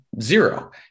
zero